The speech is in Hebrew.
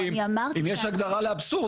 אני אמרתי שאנחנו --- אם יש הגדרה לאבסורד,